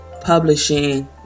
publishing